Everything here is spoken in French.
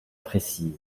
précises